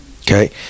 okay